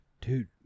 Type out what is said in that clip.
Dude